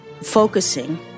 focusing